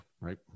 right